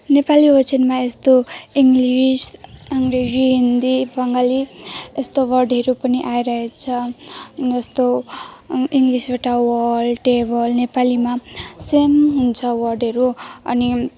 नेपाली वचनमा यस्तो इङ्लिस अङ्ग्रेजी हिन्दी बङ्गाली यस्तो वर्डहरू पनि आइरहेछ जस्तो इङ्लिसवटा वाल टेबल नेपालीमा सेम हुन्छ वर्डहरू अनि